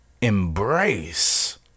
embrace